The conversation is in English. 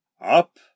Up